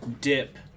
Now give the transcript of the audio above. dip